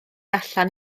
allan